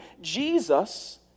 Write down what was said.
Jesus